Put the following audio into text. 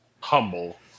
humble